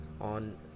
on